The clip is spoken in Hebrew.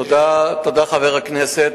תודה, חבר הכנסת.